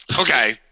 Okay